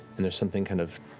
and there's something kind of